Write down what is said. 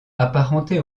apparenté